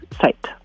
site